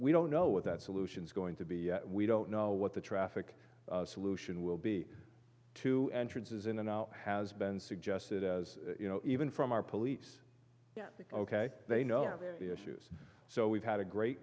we don't know what that solutions going to be we don't know what the traffic solution will be two entrances in and out has been suggested as you know even from our police ok they know the issues so we've had a great